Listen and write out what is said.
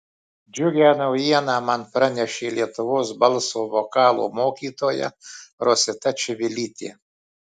džiugią naujieną man pranešė lietuvos balso vokalo mokytoja rosita čivilytė